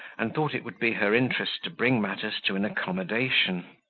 and thought it would be her interest to bring matters to an accommodation.